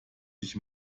sich